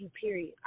period